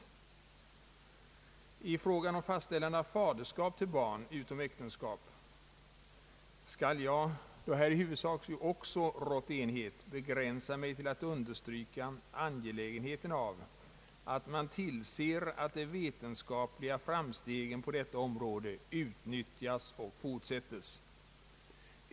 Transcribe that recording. Då det i huvudsak i frågan om fastställande av faderskap till barn utom äktenskap rått enighet, skall jag beträffande den begränsa mig till att understryka angelägenheten av att man tillser att de vetenskapliga framstegen på detta område utnyttjas och fortsättes.